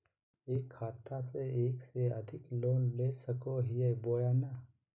एक खाता से एक से अधिक लोन ले सको हियय बोया नय?